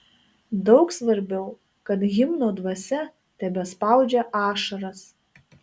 daug svarbiau kad himno dvasia tebespaudžia ašaras